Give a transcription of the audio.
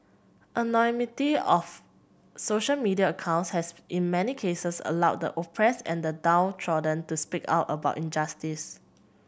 anonymity of social media accounts has in many cases allowed the oppressed and the downtrodden to speak out about injustice